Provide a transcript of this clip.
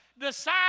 decide